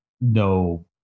no